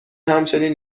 همچنین